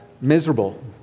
miserable